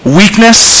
weakness